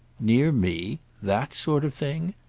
near me that sort of thing?